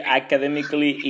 academically